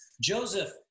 Joseph